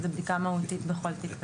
זה בדיקה מהותית בכל תיק ותיק.